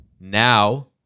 now